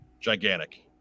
gigantic